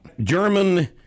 German